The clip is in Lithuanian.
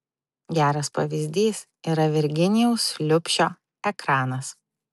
geras pavyzdys yra virginijaus liubšio ekranas